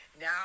Now